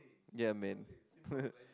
ya man